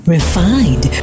refined